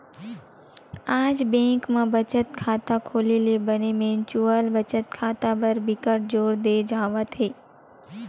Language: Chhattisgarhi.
आज बेंक म बचत खाता खोले ले बने म्युचुअल बचत खाता बर बिकट जोर दे जावत हे